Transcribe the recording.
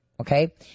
Okay